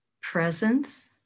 presence